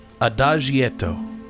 Adagietto